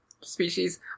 species